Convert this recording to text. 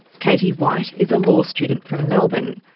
katie white is a law student from melbourne.